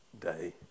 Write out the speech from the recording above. Day